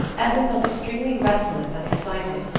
edna felt extremely restless and excited.